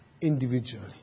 individually